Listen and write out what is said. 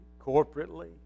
corporately